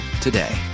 today